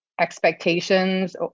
expectations